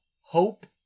hope